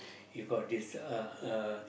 you got this uh uh